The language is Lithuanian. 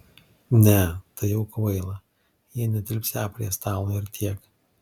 ne tai jau kvaila jie netilpsią prie stalo ir tiek